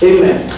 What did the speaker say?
Amen